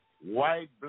white